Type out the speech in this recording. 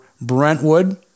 Brentwood